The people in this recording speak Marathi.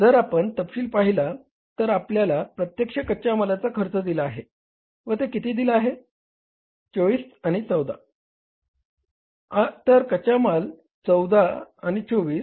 जर आपण तपशील पाहिला तर आपल्याला प्रत्यक्ष कच्या मालाचा खर्च दिला आहे व ते किती दिला आहे 24 आणि 14 तर कच्चा माल 24 आणि 14 आहे